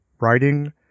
writing